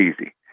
easy